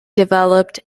developed